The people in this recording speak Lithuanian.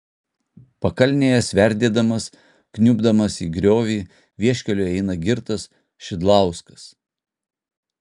pakalnėje sverdėdamas kniubdamas į griovį vieškeliu eina girtas šidlauskas